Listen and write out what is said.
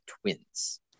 Twins